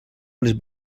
les